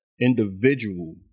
individual